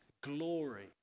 glory